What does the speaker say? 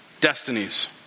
destinies